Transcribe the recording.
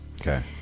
Okay